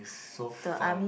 so fun